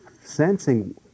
sensing